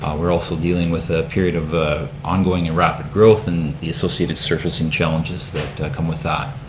we're also dealing with a period of ongoing and rapid growth and the associated surfacing challenges that come with that.